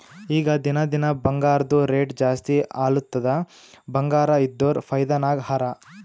ಈಗ ದಿನಾ ದಿನಾ ಬಂಗಾರ್ದು ರೇಟ್ ಜಾಸ್ತಿ ಆಲತ್ತುದ್ ಬಂಗಾರ ಇದ್ದೋರ್ ಫೈದಾ ನಾಗ್ ಹರಾ